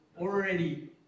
already